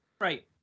Right